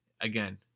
Again